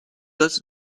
does